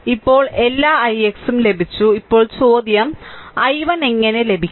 ഇപ്പോൾ എല്ലാ ix ഉം ലഭിച്ചു ഇപ്പോൾ ചോദ്യം i1 എങ്ങനെ i1 ലഭിക്കും